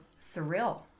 surreal